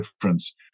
difference